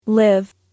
Live